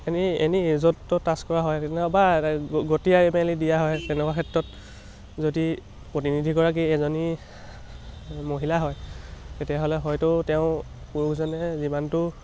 এনেই এনেই য'ত ত'ত টাছ কৰা হয় তেনে বা গতিয়াই মেলি দিয়া হয় তেনেকুৱা ক্ষেত্ৰত যদি প্ৰতিনিধিগৰাকী এজনী মহিলা হয় তেতিয়াহ'লে হয়তো তেওঁ পুৰুষজনে যিমানটো